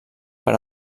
per